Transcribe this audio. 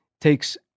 takes